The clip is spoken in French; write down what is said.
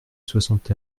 soixante